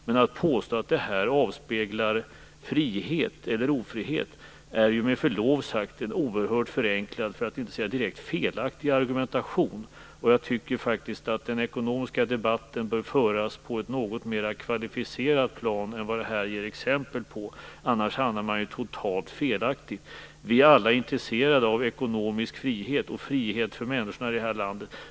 Men att påstå att det här avspeglar frihet eller ofrihet är med förlov sagt en oerhört förenklad, för att inte säga direkt felaktig, argumentation. Jag tycker faktiskt att den ekonomiska debatten bör föras på ett något mer kvalificerat plan än så, annars hamnar man total fel. Vi är alla intresserade av ekonomisk frihet och frihet för människorna i det här landet.